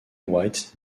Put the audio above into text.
white